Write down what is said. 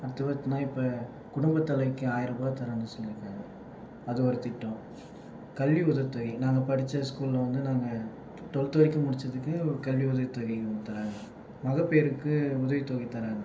அடுத்து பார்த்திங்கனா இப்போ குடும்ப தலைவிக்கு ஆயிரரூவா தரேன்னு சொல்லி இருக்காங்க அது ஒரு திட்டம் கல்வி உதவித் தொகை நாங்கள் படித்த ஸ்கூலில் வந்து நாங்கள் டுவெல்த் வரைக்கும் முடித்ததுக்கு ஒரு கல்வி உதவித் தொகைனு தராங்க மகப்பேறுக்கு உதவித் தொகை தராங்க